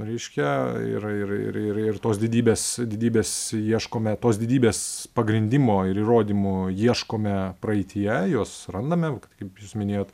reiškia ir ir ir ir ir tos didybės didybės ieškome tos didybės pagrindimo ir įrodymų ieškome praeityje jos randame kaip jūs minėjot